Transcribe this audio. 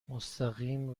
مستقیم